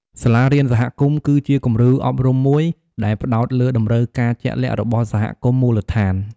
សាលារៀនសហគមន៍ គឺជាគំរូអប់រំមួយដែលផ្តោតលើតម្រូវការជាក់លាក់របស់សហគមន៍មូលដ្ឋាន។